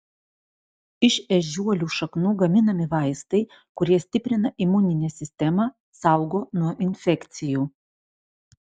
iš ežiuolių šaknų gaminami vaistai kurie stiprina imuninę sistemą saugo nuo infekcijų